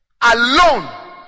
alone